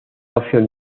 opción